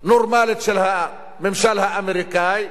נורמלית של הממשל האמריקני,